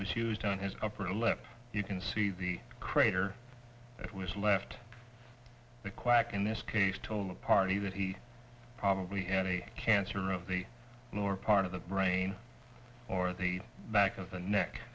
was used on his upper lip you can see the crater that was left the quack in this case told the party that he probably had a cancer of the lower part of the brain or at the back of the neck